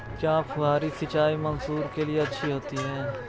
क्या फुहारी सिंचाई मसूर के लिए अच्छी होती है?